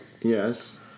Yes